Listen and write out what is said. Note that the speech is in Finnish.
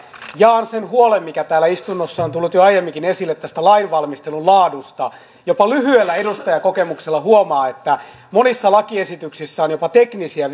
jaan sen huolen mikä täällä istunnossa on tullut jo aiemminkin esille tästä lainvalmistelun laadusta jopa lyhyellä edustajakokemuksella huomaa että monissa lakiesityksissä on jopa teknisiä